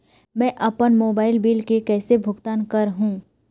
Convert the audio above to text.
मैं अपन mobile bill के कैसे भुगतान कर हूं?